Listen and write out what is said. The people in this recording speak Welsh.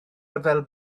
ryfel